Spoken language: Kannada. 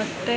ಮತ್ತು